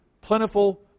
plentiful